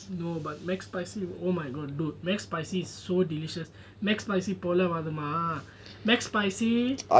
no but mac spicy oh my god dude mac spicy is so delicious mac spicy போல:pola mac spicy